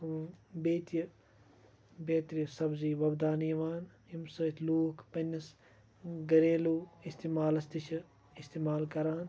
بیٚیہِ تہِ بیترِ سبزی وۄبداونہٕ یِوان ییٚمہِ سۭتۍ لوٗکھ پَننِس گھریلوٗ اِستعمالَس تہِ چھِ اِستعمال کَران